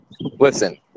Listen